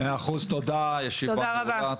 מאה אחוז, תודה, הישיבה נעולה.